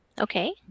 Okay